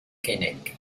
keinec